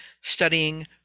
studying